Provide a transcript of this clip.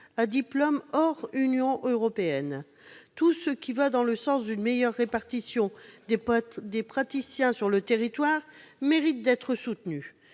à diplôme hors Union européenne. Tout ce qui va dans le sens d'une meilleure répartition des praticiens sur le territoire mérite d'être soutenu.